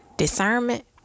Discernment